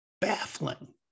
baffling